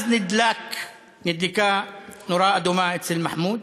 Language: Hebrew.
אז נדלקה נורה אדומה אצל מחמוד,